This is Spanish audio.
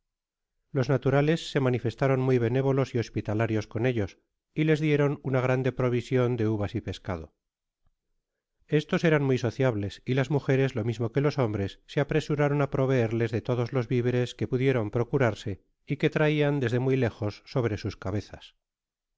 los naturales se manifestaros muy benévolos y hospitalarios con ellos y hs dieron una grande provision de uvas y pescado estos eran muy sociables y las mujeres lo mismo que los hombres se apresuraron á proveerles de todos los viveres que pudieron procurarse y que traian desde muy lejos sobre sos cabezas